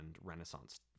Renaissance